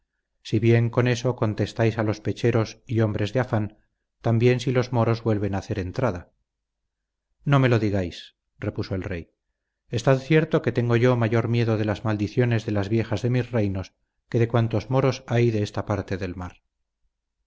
si bien con eso contestáis a los pecheros y hombres de afán también si los moros vuelven a hacer entrada no me lo digáis repuso el rey estad cierto que tengo yo mayor miedo de las maldiciones de las viejas de mis reinos que de cuantos moros hay de esta parte del mar